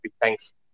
Thanks